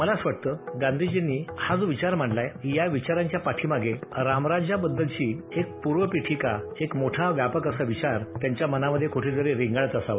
मला असं वाटतं गांधीजींनी हा जो विचार मांडलाय या विचारांच्या पाठीमागे रामराज्याबद्दलची एक पूर्वपिठीका एक मोठा व्यापक असा विचार त्यांच्या मनामधे क्ठेतरी रेंगाळत असावा